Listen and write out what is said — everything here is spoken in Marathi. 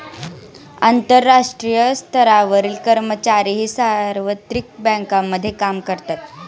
आंतरराष्ट्रीय स्तरावरील कर्मचारीही सार्वत्रिक बँकांमध्ये काम करतात